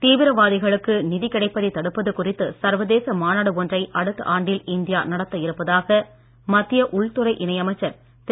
தீவிரவாதிகளுக்கு நிதி கிடைப்பதை தடுப்பது குறித்து சர்வதேச மாநாடு ஒன்றை அடுத்த ஆண்டில் இந்தியா நடத்த இருப்பதாக மத்திய உள்துறை இணை அமைச்சர் திரு